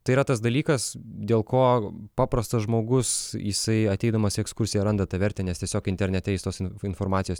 tai yra tas dalykas dėl ko paprastas žmogus jisai ateidamas į ekskursiją randa tą vertę nes tiesiog internete jis tos informacijos